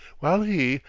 while he,